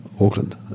Auckland